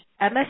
MS